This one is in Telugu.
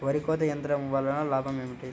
వరి కోత యంత్రం వలన లాభం ఏమిటి?